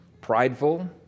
prideful